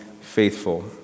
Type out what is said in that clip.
faithful